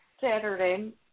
Saturday